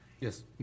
Yes